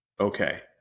okay